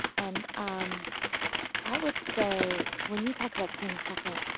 and um i would say, when you talk about seeing suffering,